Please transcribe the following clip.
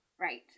Right